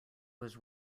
was